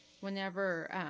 whenever